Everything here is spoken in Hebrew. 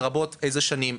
לרבות איזה שנים,